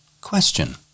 Question